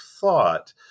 thought